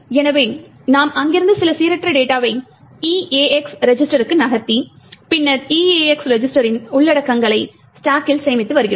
எனவே நாம் அங்கிருந்து சில சீரற்ற டேட்டாவை EAX ரெஜிஸ்டருக்கு நகர்த்தி பின்னர் EAX ரெஜிஸ்டரின் உள்ளடக்கங்களை ஸ்டாக்கில் சேமித்து வருகிறோம்